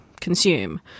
consume